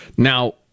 Now